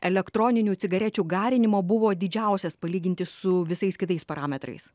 elektroninių cigarečių garinimo buvo didžiausias palyginti su visais kitais parametrais